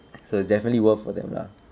so it's definitely worth for them lah